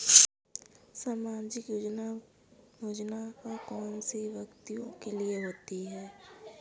सामाजिक योजना कौन से व्यक्तियों के लिए होती है?